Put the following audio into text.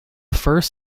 first